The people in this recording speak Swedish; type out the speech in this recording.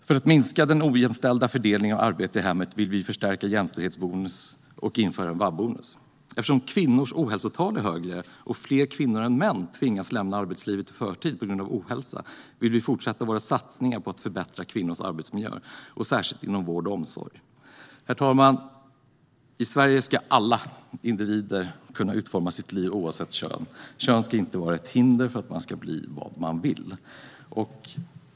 För att minska den ojämställda fördelningen av arbete i hemmet vill vi förstärka jämställdhetsbonusen och införa en vab-bonus. Eftersom kvinnors ohälsotal är högre och fler kvinnor än män tvingas att lämna arbetslivet i förtid vill vi fortsätta våra satsningar på att förbättra kvinnors arbetsmiljö, särskilt inom vård och omsorg. Herr talman! I Sverige ska alla individer kunna utforma sitt liv oavsett kön. Kön ska inte vara ett hinder för att man ska kunna bli vad man vill.